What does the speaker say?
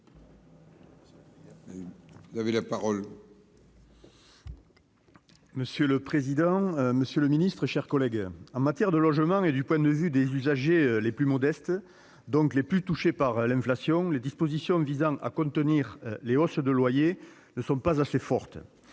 M. Franck Montaugé. Monsieur le président, monsieur le ministre, mes chers collègues, en matière de logement et du point de vue des usagers les plus modestes, donc les plus touchés par l'inflation, les dispositions visant à contenir les hausses de loyers ne sont pas assez fortes.